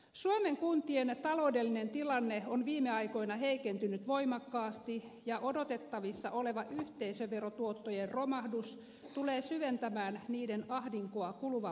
suomen kuntien taloudellinen tilanne on viime aikoina heikentynyt voimakkaasti ja odotettavissa oleva yhteisöverotuottojen romahdus tulee syventämään kuntien ahdinkoa kuluvan vuoden aikana